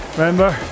Remember